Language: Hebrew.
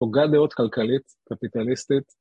‫הוגת דעות כלכלית, קפיטליסטית.